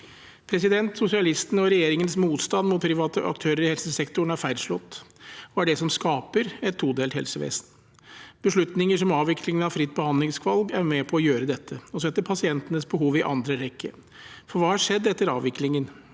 gode. Sosialistenes og regjeringens motstand mot private aktører i helsesektoren er feilslått og er det som skaper et todelt helsevesen. Beslutninger som avviklingen av fritt behandlingsvalg, er med på å gjøre dette, og det setter pasientenes behov i andre rekke. Hva har skjedd etter avviklingen?